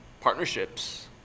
partnerships